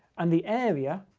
and the area